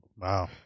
Wow